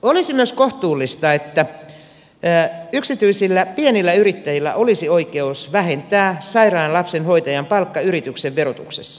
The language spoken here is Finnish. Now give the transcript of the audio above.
olisi myös kohtuullista että yksityisillä pienillä yrittäjillä olisi oikeus vähentää sairaan lapsen hoitajan palkka yrityksen verotuksessa